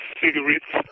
cigarettes